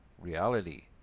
reality